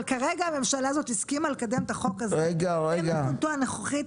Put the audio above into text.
אבל כרגע הממשלה הזאת הסכימה לקדם את החוק הזה במתכונתו הנוכחית